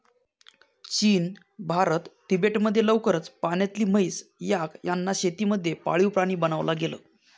चीन, भारत, तिबेट मध्ये लवकरच पाण्यातली म्हैस, याक यांना शेती मध्ये पाळीव प्राणी बनवला गेल